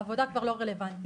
העבודה כבר לא רלוונטית